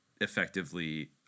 effectively